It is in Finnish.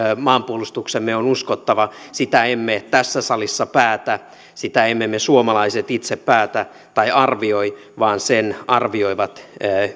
maanpuolustuksemme on uskottava sitä emme tässä salissa päätä sitä emme me suomalaiset itse päätä tai arvioi vaan sen arvioivat